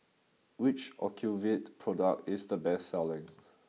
which Ocuvite product is the best selling